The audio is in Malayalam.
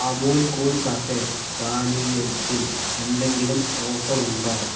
അമുൽ കൂൾ കഫേ പാനീയത്തിൽ എന്തെങ്കിലും ഓഫർ ഉണ്ടോ